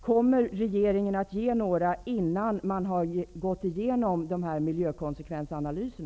Kommer regeringen att ge några innan man har gått igenom dessa miljökonsekvensanalyser?